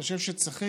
אני חושב שצריכים,